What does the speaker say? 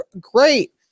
great